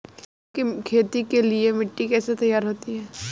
गेहूँ की खेती के लिए मिट्टी कैसे तैयार होती है?